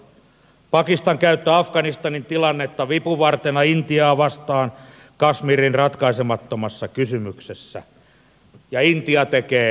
pakistan käyttää afganistanin tilannetta vipuvartena intiaa vastaan kashmirin ratkaisemattomassa kysymyksessä ja intia tekee samaa